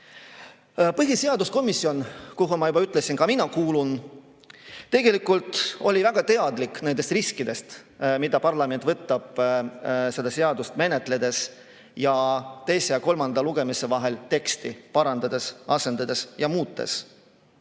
Põhiseaduskomisjon, kuhu, nagu ma juba ütlesin, ka mina kuulun, tegelikult oli väga teadlik nendest riskidest, mida parlament võtab seda seadust menetledes ning teise ja kolmanda lugemise vahel teksti parandades, asendades ja muutes.